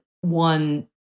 one